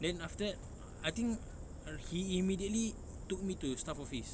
then after that I think err he immediately took me to the staff office